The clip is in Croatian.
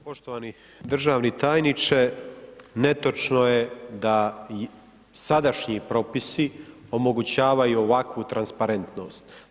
Poštovani državni tajniče, netočno je da sadašnji propisi omogućavaju ovakvu transparentnost.